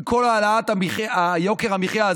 מכל העלאת יוקר המחיה,